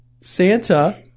Santa